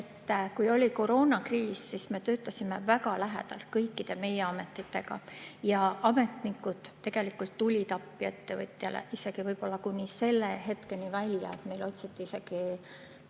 kui oli koroonakriis, siis me töötasime väga tihedalt koos kõikide meie ametitega ja ametnikud tegelikult tulid appi ettevõtjale, isegi kuni selle abini välja, et meile otsiti isegi